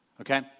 Okay